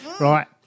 right